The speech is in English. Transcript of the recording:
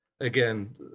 Again